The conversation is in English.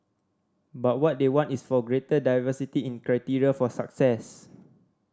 but what they want is for a greater diversity in criteria for success